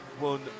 won